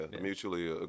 Mutually